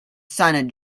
son